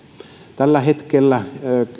tällä hetkellä